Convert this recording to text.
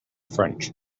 french